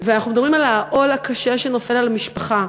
ואנחנו מדברים על העול הקשה שנופל על המשפחה,